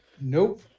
Nope